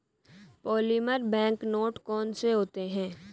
polymer bank note कौन से होते हैं